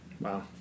wow